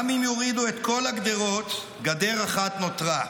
גם אם יורידו את כל הגדרות, גדר אחת נותרה,